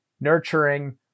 nurturing